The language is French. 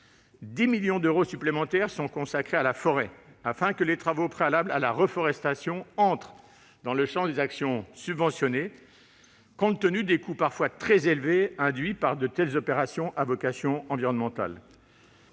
10 millions d'euros supplémentaires sont consacrés à la forêt, afin que les travaux préalables à la reforestation entrent dans le champ des actions subventionnées, compte tenu des coûts parfois très élevés induits par de telles opérations à vocation environnementale.